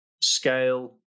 scale